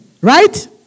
right